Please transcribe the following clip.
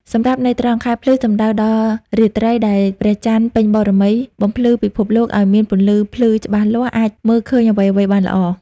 សម្រាប់ន័យត្រង់ ខែភ្លឺ សំដៅដល់ រាត្រីដែលព្រះចន្ទពេញបូរមី បំភ្លឺពិភពលោកឲ្យមានពន្លឺភ្លឺច្បាស់លាស់ អាចមើលឃើញអ្វីៗបានល្អ។